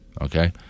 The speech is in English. okay